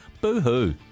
Boo-hoo